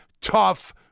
tough